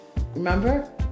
Remember